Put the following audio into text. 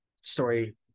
story